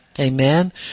Amen